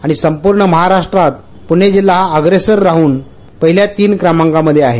आणि संपूर्ण महाराष्ट्रात पुणे जिल्हा हा अप्रेसर राहून पहिल्या तीन क्रमांकामध्ये आहे